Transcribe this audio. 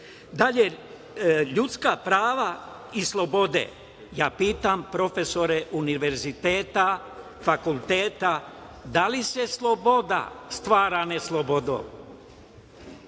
zločin. Dalje, ljudska prava i slobode. Ja pitam profesore univerziteta, fakulteta - da li se sloboda stvara neslobodom?